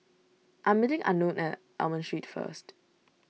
I am meeting Unknown at Almond Street first